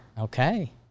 Okay